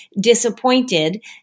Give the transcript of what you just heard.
disappointed